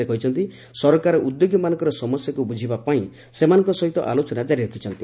ସେ କହିଛନ୍ତି ସରକାର ଉଦ୍ୟୋଗିମାନଙ୍କର ସମସ୍ୟାକୁ ବୁଝିବା ପାଇଁ ସେମାନଙ୍କ ସହିତ ଆଲୋଚନା ଜାରି ରଖିଛନ୍ତି